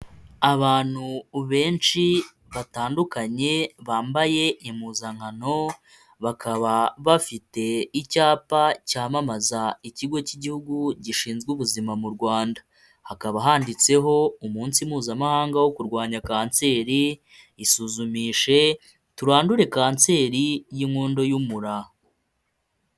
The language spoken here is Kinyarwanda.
Abantu benshi batandukanye bambaye impuzankano bakaba bafite icyapa cyamamaza ikigo cy'igihugu gishinzwe ubuzima mu Rwanda, hakaba handitseho umunsi mpuzamahanga wo kurwanya kanseri isuzumishe turandure kanseri y'inkondo y'umura.